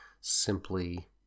simply